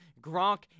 Gronk